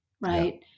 right